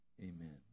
amen